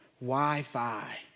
Wi-Fi